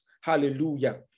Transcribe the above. Hallelujah